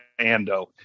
Ando